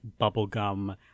bubblegum